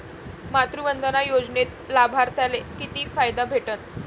मातृवंदना योजनेत लाभार्थ्याले किती फायदा भेटन?